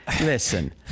listen